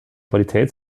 qualität